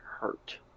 hurt